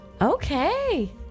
Okay